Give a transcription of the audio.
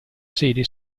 sede